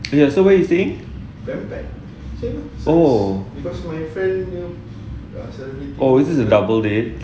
ya so where you staying oh is this a double date